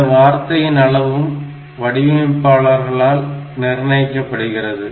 இந்த வார்த்தையின் அளவும் வடிவமைப்பாளர்களால் நிர்ணயிக்கப்படுகிறது